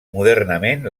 modernament